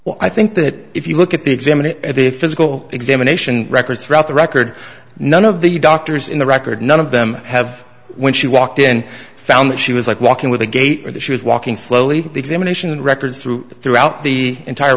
well i think that if you look at the examine it at the physical examination records throughout the record none of the doctors in the record none of them have when she walked in found that she was like walking with a gate or that she was walking slowly the examination records through throughout the entire